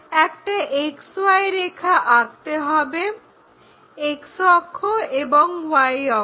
একটা XY রেখা আঁকতে হবে X অক্ষ এবং Y অক্ষ